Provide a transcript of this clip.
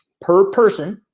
per person.